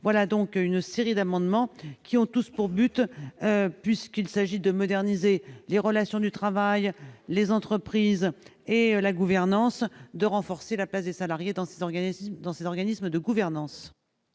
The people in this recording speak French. voilà donc une série d'amendements qui ont toutes pour but puisqu'il s'agit de moderniser les relations du travail, les entreprises et la gouvernance de renforcer la place des salariés dans cet organisme dans ces